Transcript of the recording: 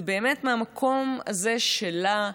זה באמת מהמקום הזה שלה,